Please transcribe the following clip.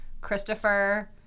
Christopher